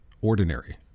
ordinary